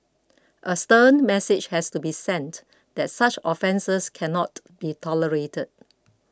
a stern message has to be sent that such offences cannot be tolerated